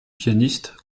pianiste